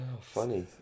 funny